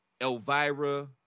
Elvira